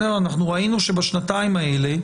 אנחנו ראינו שבשנתיים האלה,